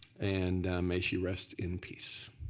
and make she rest in peace.